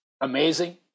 amazing